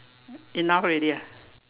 enough already ah